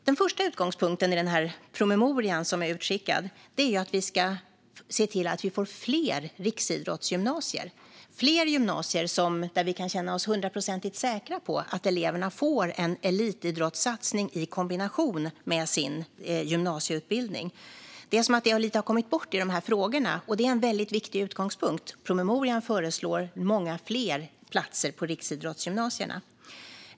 Den första utgångspunkten i den promemoria som är utskickad är att vi ska se till att få fler riksidrottsgymnasier, fler gymnasier där vi kan känna oss hundraprocentigt säkra på att eleverna får en elitidrottssatsning i kombination med sin gymnasieutbildning. Det har kommit bort lite i de här frågorna. Men det är en viktig utgångspunkt. I promemorian föreslås många fler platser på riksidrottsgymnasierna.